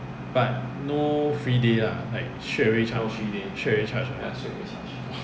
but no free day lah like straightaway charge straightaway charge ah !wah!